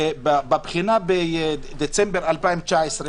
בבחינה בדצמבר 2019,